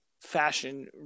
fashion